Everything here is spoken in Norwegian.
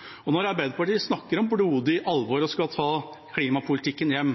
industri. Når Arbeiderpartiet snakker om blodig alvor og at vi skal ta klimapolitikken hjem,